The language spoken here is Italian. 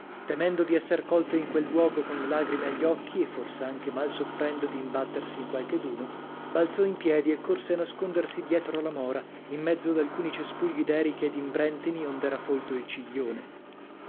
temendo di esser colto in quel luogo con le lagrime agli occhi e fors'anche mal soffrendo di imbattersi in qualcheduno balzò in piedi e corse a nascondersi dietro la mora in mezzo ad alcuni cespugli d'eriche e d'imbrèntini ond'era folto il ciglione